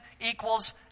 equals